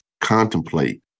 contemplate